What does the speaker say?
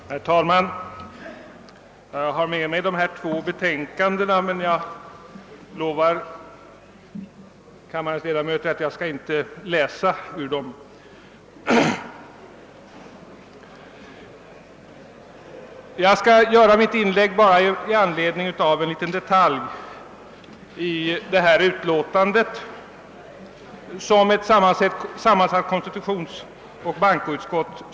Herr talman! Jag har med mig två betänkanden, som behandlas i detta utlåtande, men jag lovar kammarens ledamöter att jag inte skall läsa högt ur dem. Jag skall begränsa mitt inlägg till en detalj i utlåtandet från ett sammansatt konstitutionsoch bankoutskott.